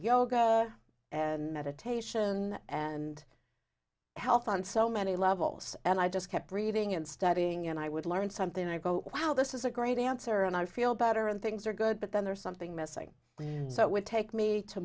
yoga and meditation and health on so many levels and i just kept reading and studying and i would learn something and i go wow this is a great answer and i feel better and things are good but then there's something missing so it would take me to